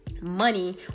money